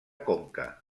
conca